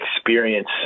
experience